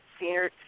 senior